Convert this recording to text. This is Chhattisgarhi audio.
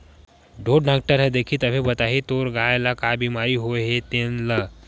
ढ़ोर डॉक्टर ह देखही तभे बताही तोर गाय ल का बिमारी होय हे तेन ल